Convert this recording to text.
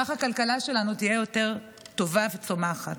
כך הכלכלה שלנו תהיה יותר טובה וצומחת.